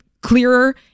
clearer